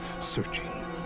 searching